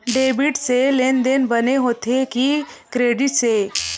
Debit से लेनदेन बने होथे कि क्रेडिट से?